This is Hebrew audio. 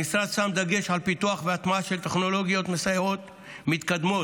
המשרד שם דגש על פיתוח והטמעה של טכנולוגיות מסייעות ומתקדמות,